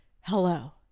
Hello